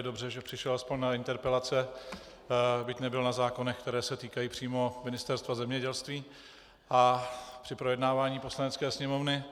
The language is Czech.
Je dobře, že přišel aspoň na interpelace, byť nebyl na zákonech, které se týkají přímo Ministerstva zemědělství, při projednávání Poslanecké sněmovny.